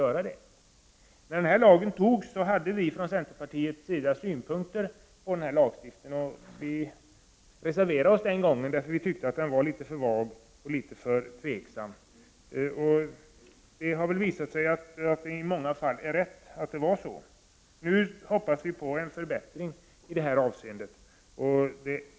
När det fattades beslut om den här lagstiftningen, hade vi från centerpartiets sida synpunkter på den. Vi reserverade oss den gången, eftersom vi tyckte att lagtexten var litet för vag och tveksam. Det har visat sig att det i många fall är rätt och att det blev som vi trodde. Nu hoppas vi på en förbättring i detta avseende.